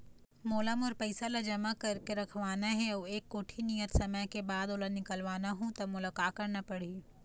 मोला मोर पैसा ला जमा करके रखवाना हे अऊ एक कोठी नियत समय के बाद ओला निकलवा हु ता मोला का करना पड़ही?